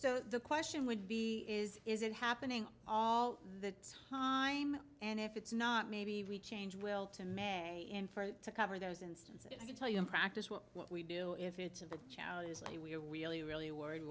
so the question would be is is it happening all the time and if it's not maybe we change well to may and for it to cover those instances i can tell you in practice what what we do if it's a challenge is a we are really really worried